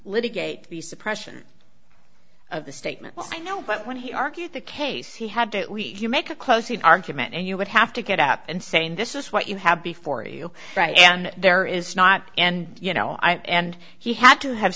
litigate the suppression of the statement i know but when he argued the case he had to make a close argument and you would have to get up and saying this is what you have before you right and there is not and you know and he had to have